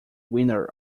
winner